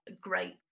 great